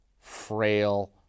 frail